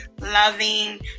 loving